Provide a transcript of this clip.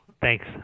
thanks